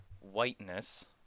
whiteness